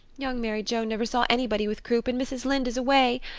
young mary joe never saw anybody with croup and mrs. lynde is away.